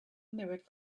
mirrored